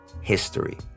history